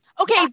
Okay